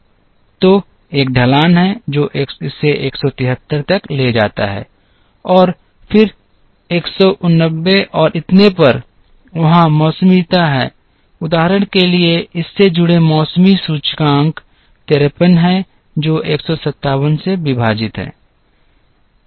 तो एक ढलान है जो इसे 173 तक ले जाता है और फिर 189 और इतने पर वहाँ मौसमीता है उदाहरण के लिए इससे जुड़े मौसमी सूचकांक 53 है जो 157 से विभाजित है